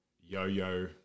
yo-yo